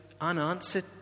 unanswered